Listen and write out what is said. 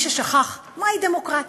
למי ששכח, מהי דמוקרטיה.